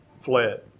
fled